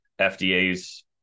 FDA's